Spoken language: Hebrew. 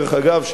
דרך אגב,